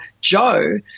joe